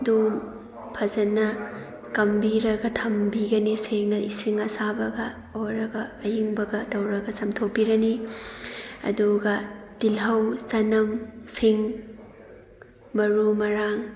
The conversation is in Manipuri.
ꯗꯨꯝ ꯐꯖꯅ ꯀꯥꯝꯕꯤꯔꯒ ꯊꯝꯕꯤꯒꯅꯤ ꯁꯦꯡꯅ ꯏꯁꯤꯡ ꯑꯁꯥꯕꯒ ꯑꯣꯏꯔꯒ ꯏꯌꯤꯡꯕꯒ ꯇꯧꯔꯒ ꯆꯥꯝꯊꯣꯛꯄꯤꯒꯅꯤ ꯑꯗꯨꯒ ꯇꯤꯜꯍꯧ ꯆꯅꯝ ꯁꯤꯡ ꯃꯔꯨ ꯃꯔꯥꯡ